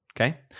Okay